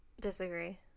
Disagree